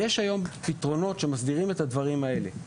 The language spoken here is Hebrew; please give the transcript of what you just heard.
יש היום פתרונות שמסדירים את הדברים האלה.